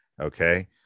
Okay